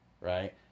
right